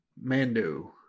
Mando